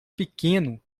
pequeno